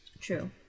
true